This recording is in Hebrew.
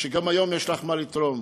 שגם היום יש לך מה לתרום.